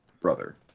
brother